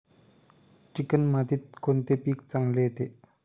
Chicken मातीत कोणते पीक चांगले येते?